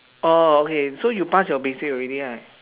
orh okay so you pass your basic already lah